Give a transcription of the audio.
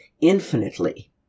infinitely